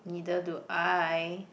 neither do I